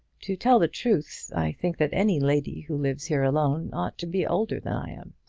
to tell the truth, i think that any lady who lives here alone ought to be older than i am.